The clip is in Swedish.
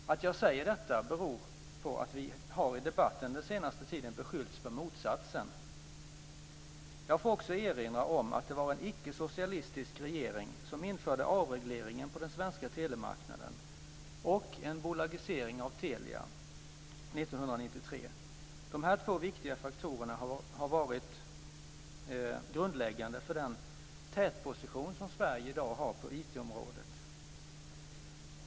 Att jag säger detta beror på att vi i debatten den senaste tiden har beskyllts för motsatsen. Jag får också erinra om att det var en icke-socialistisk regering som införde avregleringen på den svenska telemarknaden och en bolagisering av Telia 1993. Dessa två viktiga faktorer har varit grundläggande för den tätposition som Sverige i dag har på IT-området.